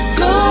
go